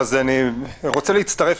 אליך,